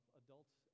adults